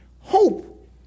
hope